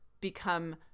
become